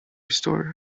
store